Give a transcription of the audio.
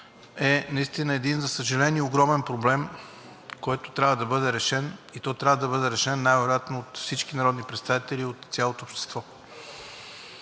картата – един, за съжаление, огромен проблем, който трябва да бъде решен, и то трябва да бъде решен най-вероятно от всички народни представители, от цялото общество.